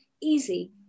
easy